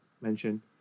mention